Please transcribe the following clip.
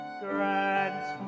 grant